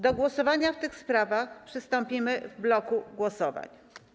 Do głosowania w tych sprawach przystąpimy w bloku głosowań.